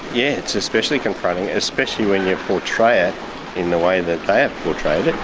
yeah it's especially confronting, especially when you portray it in the way that they have portrayed